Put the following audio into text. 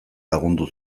lagundu